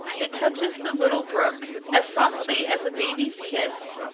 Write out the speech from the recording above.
it touches the little brook as softly as a baby's kiss,